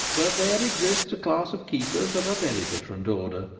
but there exists a class of keepers of a very different order,